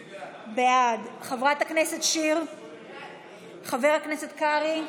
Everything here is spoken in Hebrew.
בעד, חברת הכנסת שיר, בעד, חבר הכנסת קרעי,